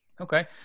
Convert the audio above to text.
Okay